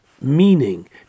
meaning